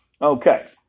Okay